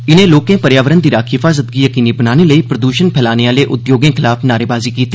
इनें लोकें पर्यावरण दी राक्खी हिफाज़त गी यकीनी बनाने लेई प्रदूषण फैलाने आहले उदयोगें खलाफ नारेबाजी कीती